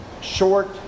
short